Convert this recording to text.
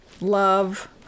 love